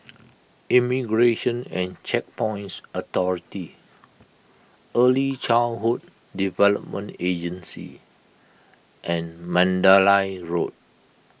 Immigration and Checkpoints Authority Early Childhood Development Agency and Mandalay Road